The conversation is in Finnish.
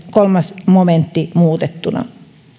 kolmas momentti muutettuna